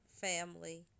family